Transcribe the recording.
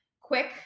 quick